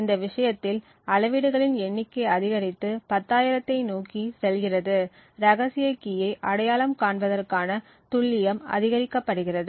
இந்த விஷயத்தில் அளவீடுகளின் எண்ணிக்கை அதிகரித்து 10000 ஐ நோக்கி செல்கிறது ரகசிய கீயை அடையாளம் காண்பதற்கான துல்லியம் அதிகரிக்கப்படுகிறது